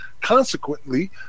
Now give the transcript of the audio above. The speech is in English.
Consequently